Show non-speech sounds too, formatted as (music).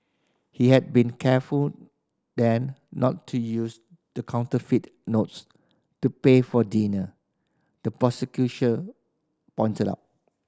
he had been careful then not to use the counterfeit notes to pay for dinner the (unintelligible) pointed out